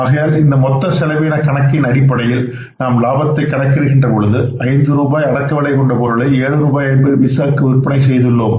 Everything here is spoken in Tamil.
ஆகையால் இந்த மொத்த செலவின கணக்கின் அடிப்படையில் நாம் லாபத்தை கணக்கிடகின்ற போது 5 ரூபாய் அடக்கவிலை கொண்ட பொருளை 7 ரூபாய் 50 பைசாவுக்கு விற்பனை செய்துள்ளோம்